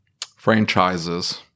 franchises